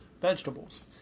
Vegetables